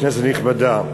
כנסת נכבדה,